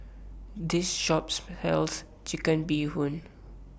This Shop sells Chicken Bee Hoon